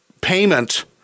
payment